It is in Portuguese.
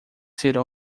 ser